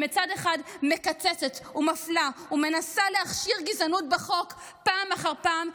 שמצד אחד מקצצת ומפלה ומנסה להכשיר גזענות בחוק פעם אחר פעם,